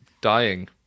dying